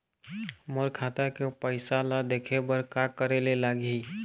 मोर खाता के पैसा ला देखे बर का करे ले लागही?